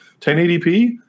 1080p